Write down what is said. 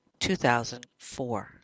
2004